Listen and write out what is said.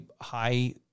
high